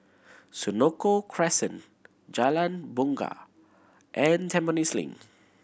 Senoko Crescent Jalan Bungar and Tampines Link